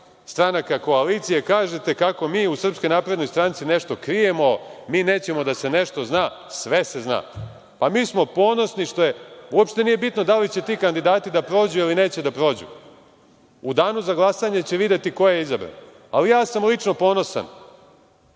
stranaka koalicije kažete kako mi u SNS nešto krijemo, mi nećemo da se nešto zna. Sve se zna. Mi smo ponosni, uopšte nije bitno da li će ti kandidati da prođu ili neće da prođu. U Danu za glasanje će videti ko je izabran. Lično sam ponosan